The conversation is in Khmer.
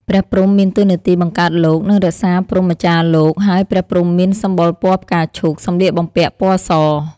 ព្រះព្រហ្ម មានតួនាទីបង្កើតលោក និងរក្សាព្រហ្មចារ្យលោក ហើយព្រះព្រហ្មមានសម្បុរពណ៌ផ្កាឈូក សំម្លៀកបំពាក់ពណ៌ស ។